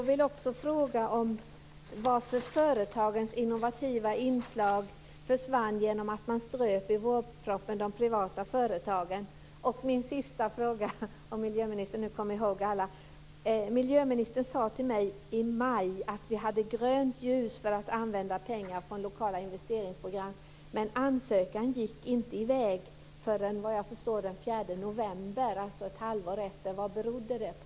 Min sista fråga - om miljöministern nu kommer ihåg alla - gäller att miljöministern sade till mig i maj att vi hade grönt ljus för att använda pengar från lokala investeringsprogram. Men ansökan gick inte i väg förrän, vad jag förstår, den 4 november, alltså ett halvår senare. Vad berodde det på?